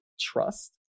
trust